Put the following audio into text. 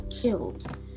killed